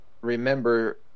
remember